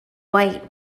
white